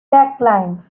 decline